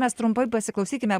mes trumpai pasiklausykime